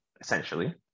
essentially